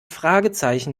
fragezeichen